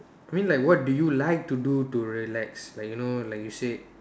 I mean like what do you like to do to relax like you know like you said